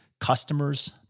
Customers